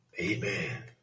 Amen